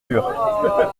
furent